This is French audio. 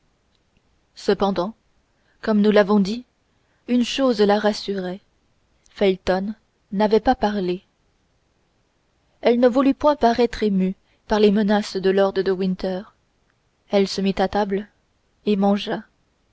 cependant comme nous l'avons dit une chose la rassurait felton n'avait pas parlé elle ne voulut point paraître émue par les menaces de lord de winter elle se mit à table et mangea